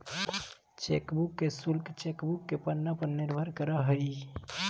chequebook के शुल्क chequebook के पन्ना पर भी निर्भर करा हइ